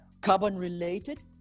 carbon-related